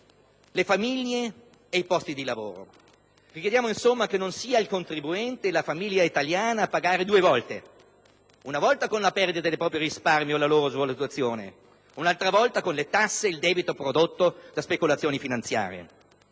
le famiglie e i posti di lavoro. Chiediamo, insomma, che non sia il contribuente, la famiglia italiana a pagare due volte: una volta con la perdita dei propri risparmi o la loro svalutazione, un'altra volta con le tasse e il debito prodotto da speculazioni finanziarie.